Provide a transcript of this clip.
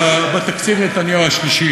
תקציב נתניהו השלישי,